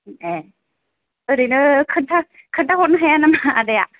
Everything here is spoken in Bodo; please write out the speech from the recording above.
ए ओरैनो खोन्था खोन्था हरनो हाया नामा आदाया